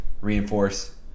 reinforce